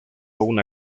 una